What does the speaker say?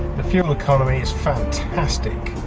the fuel economy is fantastic.